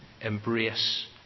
embrace